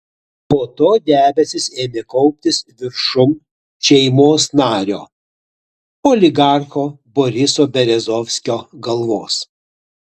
po to debesys ėmė kauptis viršum šeimos nario oligarcho boriso berezovskio galvos